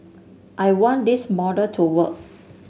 I want this model to work